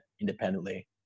independently